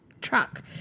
truck